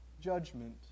judgment